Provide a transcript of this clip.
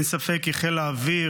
אין ספק כי חיל האוויר,